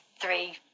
three